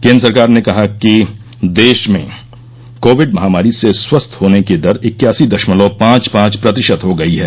केन्द्र सरकार ने कहा कि देश में कोविड महामारी से स्वस्थ होने की दर इक्यासी दशमलव पांच पांच प्रतिशत हो गई है